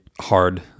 hard